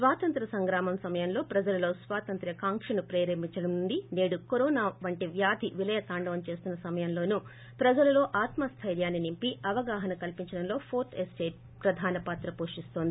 స్వాతంత్ర సంగ్రామం సమయంలో ప్రజలలో స్వతంత్ర కాంకను ప్రేరేపించడం నుండి నేడు కరోనా వంటి వ్యాధి విలయ తాండవం చేస్తున్న సమయం లోను ప్రజలలోఆత్మ స్టెర్యాన్ని నింపి అవగాహనా కల్పించడంలో ఏోర్త్ ఎస్టీట్ ప్రధాన పాత్ర పోషిస్తోంది